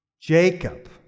Jacob